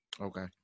Okay